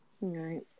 Right